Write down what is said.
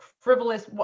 frivolous